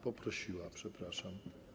Poprosiła, przepraszam.